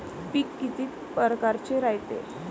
पिकं किती परकारचे रायते?